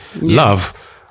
love